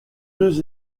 deux